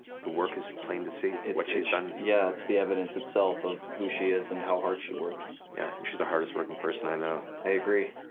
the work is plain to see what she's done. yeah, it's the evidence itself of who she is and how hard she works. yeah, and she's the hardest working person i know. i agree.